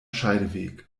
scheideweg